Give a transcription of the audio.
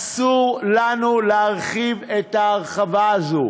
אסור לנו להרחיב את ההרחבה הזאת.